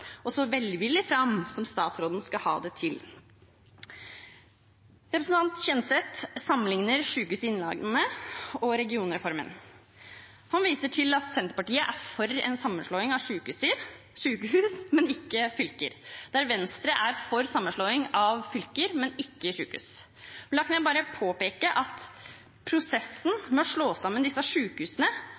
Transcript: og så velvillig fram som statsråden skal ha det til. Representanten Kjenseth sammenligner Sykehuset Innlandet og regionreformen. Han viser til at Senterpartiet er for en sammenslåing av sjukehus, men ikke fylker, der Venstre er for sammenslåing av fylker, men ikke sjukehus. La meg bare påpeke at prosessen med å slå sammen disse sjukehusene